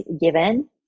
given